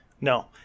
No